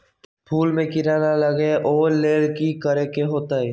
फूल में किरा ना लगे ओ लेल कि करे के होतई?